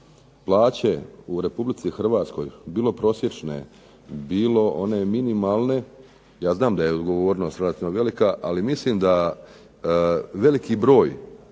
plaće u Republici Hrvatskoj bilo prosječne, bilo minimalne, ja znam da je odgovornost vjerojatno velika, ali mislim da veliki broj